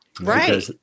Right